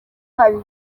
haba